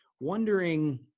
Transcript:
wondering